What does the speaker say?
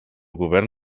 govern